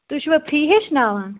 تُہۍ چھِوا فرٛی ہیٚچھناوان